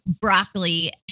broccoli